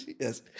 Yes